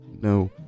no